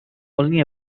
only